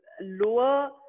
lower